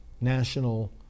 national